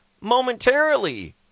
momentarily